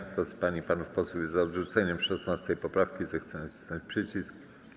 Kto z pań i panów posłów jest za odrzuceniem 16. poprawki, zechce nacisnąć przycisk.